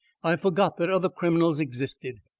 i forgot that other criminals existed.